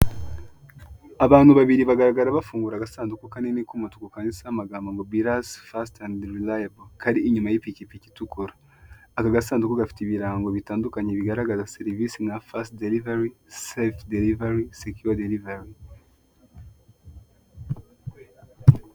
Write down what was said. Abantu babiri bagaragara bafungura agasanduku kanini k'umutuku kanditseho amagambo ngo "BIRAS fasiti endi rirayebo" kari inyuma y'ipikipiki itukura, aka gasanduku gafite ibirango bitandukanye bigaragaza serivise nka fasiti derivari, sefu derivari, sekiyuwa derivari.